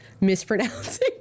mispronouncing